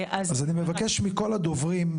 אז אני מבקש מכל הדוברים,